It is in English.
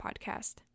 podcast